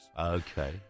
Okay